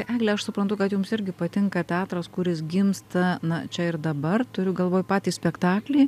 egle aš suprantu kad jums irgi patinka teatras kuris gimsta na čia ir dabar turiu galvoj patį spektaklį